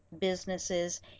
businesses